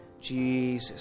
Jesus